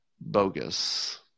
bogus